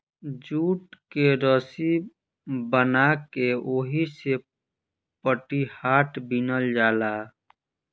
jute के रसी बना के ओहिसे पटिहाट बिनल जाला